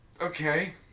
Okay